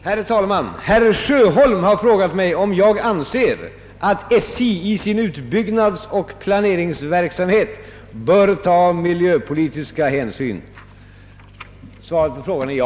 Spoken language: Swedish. Herr talman! Herr Sjöholm har frågat mig om jag anser att SJ i sin utbyggnadsoch planeringsverksamhet bör ta miljöpolitiska hänsyn. Svaret på frågan är ja.